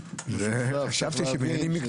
החל במועדים כמפורט להלן,